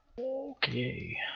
Okay